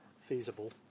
feasible